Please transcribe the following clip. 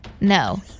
No